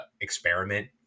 experiment